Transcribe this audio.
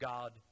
God